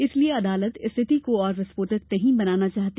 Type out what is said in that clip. इसलिये अदालत स्थिति को और विस्फोटक नहीं बनाना चाहती